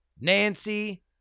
Nancy